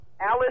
Alice